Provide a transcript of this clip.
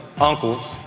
uncles